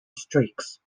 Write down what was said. streaks